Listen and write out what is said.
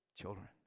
children